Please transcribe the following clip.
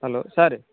hello sir